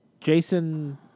Jason